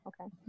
Okay